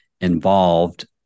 involved